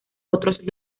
otros